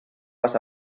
vas